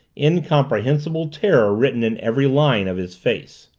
incomprehensible terror written in every line of his face.